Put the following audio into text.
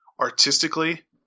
artistically